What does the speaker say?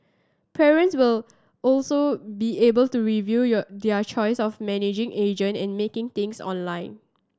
parents will also be able to review your their choice of managing agent and making changes online